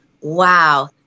wow